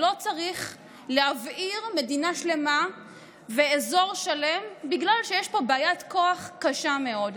לא צריך להבעיר מדינה שלמה ואזור שלם בגלל שיש פה בעיית כוח קשה מאוד.